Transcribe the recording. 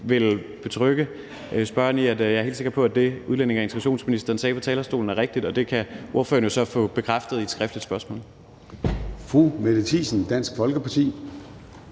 vil betrygge spørgeren med at sige, at jeg er helt sikker på, at det, udlændinge- og integrationsministeren sagde fra talerstolen, er rigtigt, og det kan spørgeren jo så få bekræftet i et skriftligt spørgsmål.